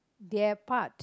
their part